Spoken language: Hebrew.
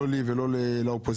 לא לי ולא לאופוזיציה.